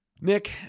Nick